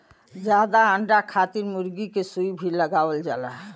जादा अंडा खातिर मुरगी के सुई भी लगावल जाला